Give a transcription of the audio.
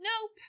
nope